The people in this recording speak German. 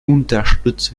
unterstützt